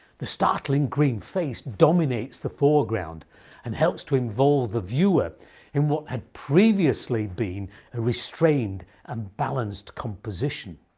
the startling green face dominates the foreground and helps to involve the viewer in what had previously been a restrained and balanced composition.